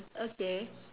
okay